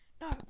no